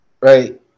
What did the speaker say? Right